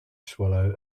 swallow